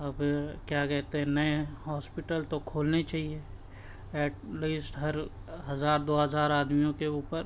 اب کیا کہتے ہیں نئے ہاسپیٹل تو کھولنے ہی چاہیے ایٹ لیسٹ ہر ہزار دو ہزار آدمیوں کے اوپر